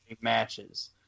matches